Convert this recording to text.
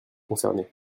concernées